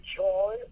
joy